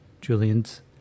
Julian's